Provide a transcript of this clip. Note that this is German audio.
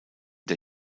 der